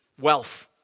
wealth